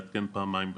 לעדכן פעמיים בחודש.